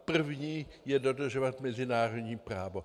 První je dodržovat mezinárodní právo.